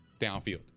downfield